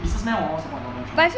businessman always support donald trump